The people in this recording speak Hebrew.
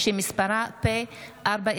סליחה,